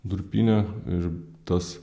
durpyne ir tas